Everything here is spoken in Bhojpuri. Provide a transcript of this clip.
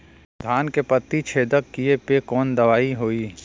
धान के पत्ती छेदक कियेपे कवन दवाई होई?